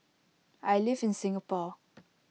I live in Singapore